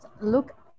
look